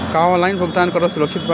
का ऑनलाइन भुगतान करल सुरक्षित बा?